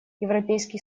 европейский